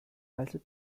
alte